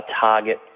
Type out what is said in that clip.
target